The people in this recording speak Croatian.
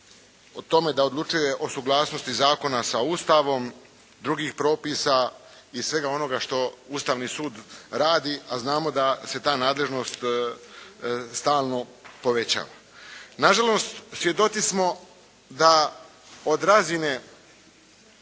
da odlučuje o suglasnosti zakona sa Ustavom, drugih propisa i svega onoga što Ustavni sud radi, a znamo da se ta nadležnost stalno povećava. Na žalost svjedoci smo da od razine